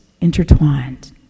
intertwined